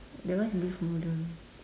that one is beef noodle